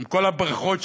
עם כל הברכות שהיו,